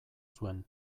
zuen